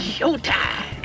Showtime